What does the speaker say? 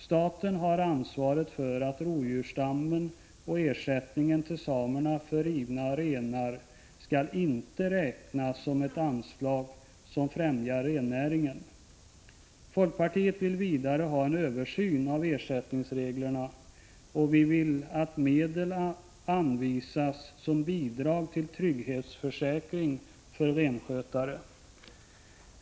Staten har ansvaret för rovdjursstammen, och ersättningen till samerna för rivna renar skall inte räknas som ett anslag som främjar rennäringen. Folkpartiet vill vidare ha en översyn av ersättningsreglerna, och vi vill att medel anvisas för bidrag till trygghetsförsäkring för renskötare.